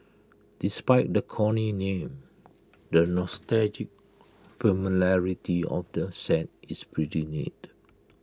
despite the corny name the nostalgic familiarity of the set is pretty neat